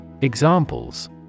Examples